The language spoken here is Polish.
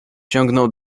ciągnął